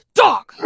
dog